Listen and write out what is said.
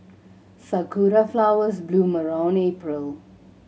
sakura flowers bloom around April